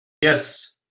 Yes